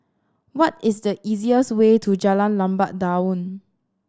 what is the easiest way to Jalan Lebat Daun